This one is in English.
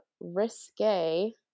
risque